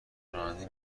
راننده